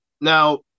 now